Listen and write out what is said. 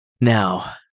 Now